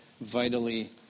vitally